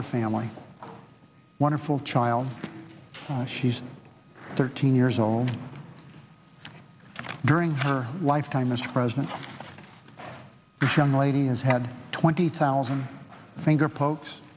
her family wonderful child she's thirteen years old during her lifetime as president young lady has had twenty thousand finger pokes